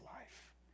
life